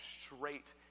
straight